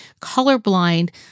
colorblind